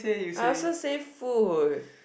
I also say food